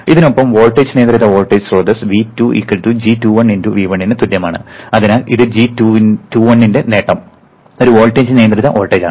ഇതിനൊപ്പം വോൾട്ടേജ് നിയന്ത്രിത വോൾട്ടേജ് സ്രോതസ്സ് V2 g21 V1 ന് തുല്യമാണ് അതിനാൽ ഇത് g21 ന്റെ നേട്ടം ഒരു വോൾട്ടേജ് നിയന്ത്രിത വോൾട്ടേജാണ്